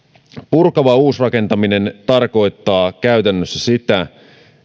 purkava uusrakentaminen tarkoittaa käytännössä sitä